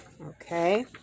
Okay